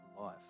life